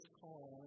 call